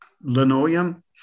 linoleum